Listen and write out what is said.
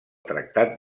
tractat